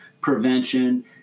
prevention